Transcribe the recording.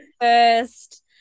first